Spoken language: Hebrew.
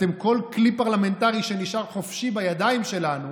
כל כלי פרלמנטרי שנשאר חופשי בידיים שלנו,